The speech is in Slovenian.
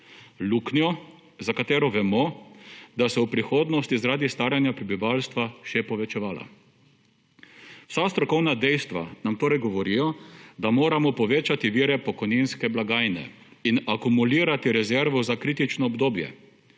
Luknjo, za katero vemo, da se bo v prihodnosti zaradi staranja prebivalstva še povečevala. Vsa strokovna dejstva nam torej govorijo, da moramo povečati vire pokojninske blagajne in akumulirati rezervo za kritično obdobje,